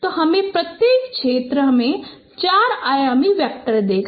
तो प्रत्येक क्षेत्र हमें 4 आयामी वेक्टर देगा